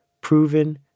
proven